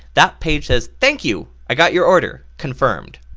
that page says, thank you i got your order confirmed.